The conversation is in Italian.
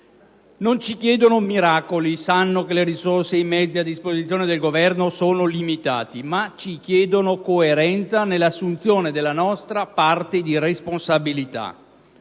Non ci chiedono miracoli - sanno che le risorse e i mezzi a disposizione del Governo sono limitati - ma ci chiedono coerenza nell'assunzione della nostra parte di responsabilità;